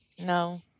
No